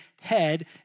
head